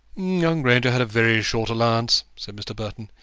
young granger had a very short allowance, said mr. burton.